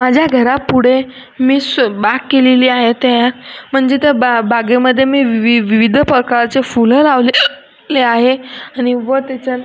माझ्या घरापुढे मी सु बाग केलेली आहे त्या म्हणजे त्या बा बागेमध्ये मी वि विविध प्रकारचे फुलं लावले ली आहे आणि व त्याच्यात